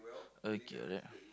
okay right